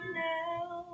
now